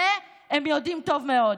את זה הם יודעים טוב מאוד.